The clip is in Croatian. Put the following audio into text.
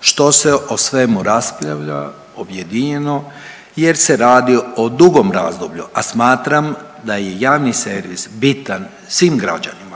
što se o svemu raspravlja objedinjeno jer se radi o dugom razdoblju, a smatram da je javni servis bitan svim građanima